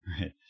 Right